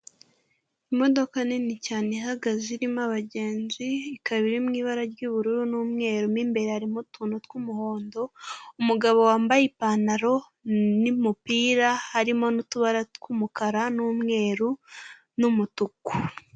Imodoka nini cyane ihagaze irimo abagenzi, ikaba iri mu ibara ry'ubururu n'umweru mo imbere harimo utuntu tw'umuhondo, umugabo wambaye ipantaro n'umupira harimo n'utubara tw'umukara n'umweru n'umutuku.